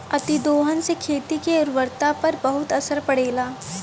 अतिदोहन से खेती के उर्वरता पर बहुत असर पड़ेला